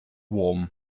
warm